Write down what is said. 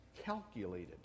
calculated